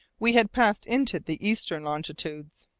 we had passed into the eastern longitudes.